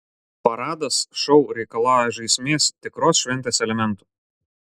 paradas šou reikalauja žaismės tikros šventės elementų